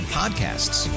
podcasts